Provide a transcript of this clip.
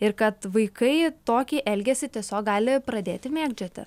ir kad vaikai tokį elgesį tiesiog gali pradėti mėgdžioti